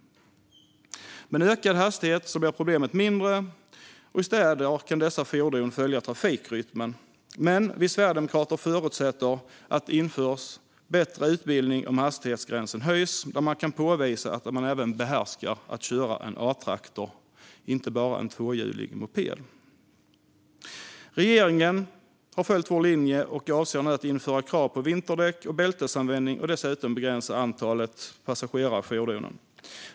Med en ökad hastighet blir problemet mindre, och i städer kan dessa fordon följa trafikrytmen. Men om hastighetsgränsen höjs förutsätter vi sverigedemokrater att det införs en bättre utbildning, där man kan påvisa att man även behärskar att köra en A-traktor och inte bara en tvåhjulig moped. Regeringen har följt vår linje och avser nu att införa krav på vinterdäck och bältesanvändning, och dessutom begränsar man antalet passagerare i fordonen.